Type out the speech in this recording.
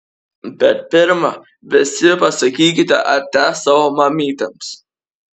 bet pirma visi pasakykite ate savo mamytėms